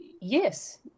Yes